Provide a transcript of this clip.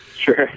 Sure